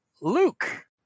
Luke